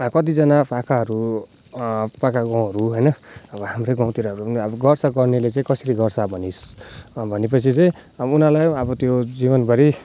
कतिजना पाखाहरू पाखा गाउँहरू होइन अब हाम्रो गाउँतिर अब गर्छ गर्नेले चाहिँ कसरी गर्छ भनेपछि चाहिँ अब उनीहरूलाई पनि अब त्यो जीवनभरि